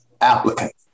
applicants